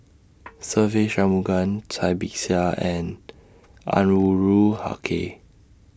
Se Ve Shanmugam Cai Bixia and Anwarul Haque